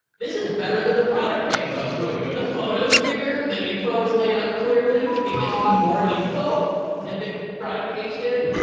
this is better than the product page. no, this is really good. the photo's bigger, the info is laid out clearly. it gives me more info than the product page did.